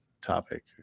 topic